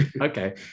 okay